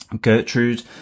Gertrude